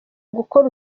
gukora